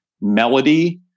melody